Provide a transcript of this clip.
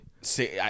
See